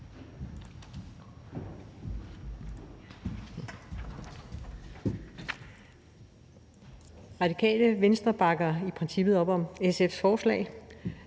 Radikale Venstre bakker i princippet op om SF's forslag.